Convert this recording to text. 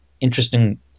interesting